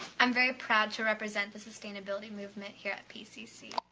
i'm very proud to represent the sustainability movement here at pcc.